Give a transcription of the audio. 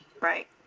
Right